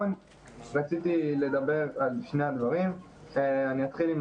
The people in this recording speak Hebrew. רציתי לדבר על שני הדברים ואני אתחיל עם